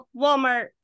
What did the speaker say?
Walmart